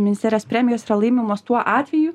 ministerijos premijos yra laimimos tuo atveju